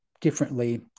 differently